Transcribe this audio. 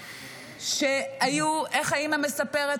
שהיו, איך האימא מספרת?